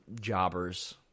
jobbers